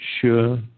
sure